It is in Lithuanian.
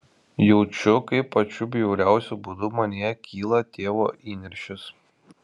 jaučiu kaip pačiu bjauriausiu būdu manyje kyla tėvo įniršis